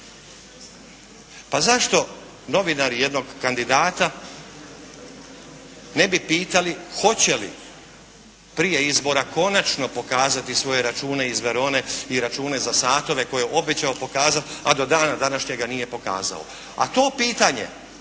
Pa zašto novinari jednog kandidata ne bi pitali hoće li prije izbora konačno pokazati svoje račune iz Verone i račune za satove koje je obećao pokazati a do dana današnjega nije pokazao. A to pitanje,